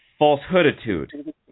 falsehooditude